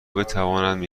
بتوانند